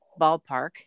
ballpark